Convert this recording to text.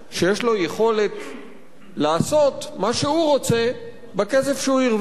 שיש לו יכולת לעשות מה שהוא רוצה בכסף שהוא הרוויח.